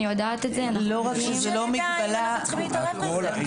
לא רק שזאת לא מגבלה אלא הרבה פעמים